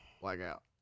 Blackout